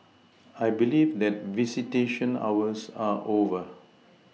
I believe that visitation hours are over